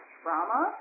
trauma